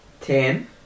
Ten